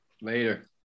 Later